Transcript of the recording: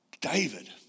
David